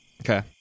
Okay